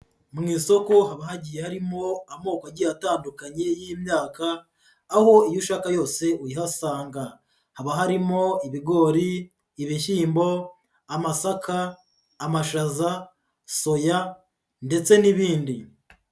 Mu isoko haba hagiye harimo amoko agiye atandukanye y'imyaka, aho iyo ushaka yose uyihasanga, haba harimo ibigori, ibishyimbo, amasaka, amashaza, soya ndetse n'ibindi.